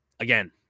Again